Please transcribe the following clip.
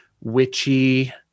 witchy